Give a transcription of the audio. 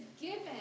given